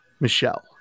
Michelle